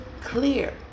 clear